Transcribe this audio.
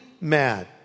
mad